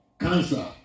Cancer